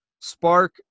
spark